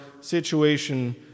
situation